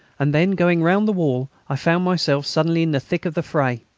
and then going round the wall i found myself suddenly in the thick of the fray.